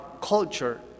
culture